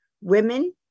Women